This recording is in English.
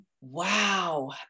Wow